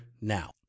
now